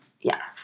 yes